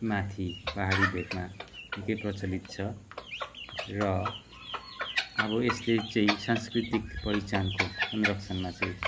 माथि पाहाडी भेकमा निक्कै प्रचलित छ र अब यसले चाहिँ सांस्कृतिक पहिचानको संरक्षणमा चाहिँ